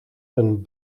een